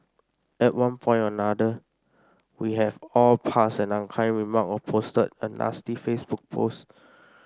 at one point or another we have all passed an unkind remark or posted a nasty Facebook post